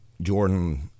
Jordan